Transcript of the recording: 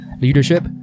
leadership